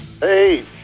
Hey